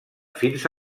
fins